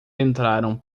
entraram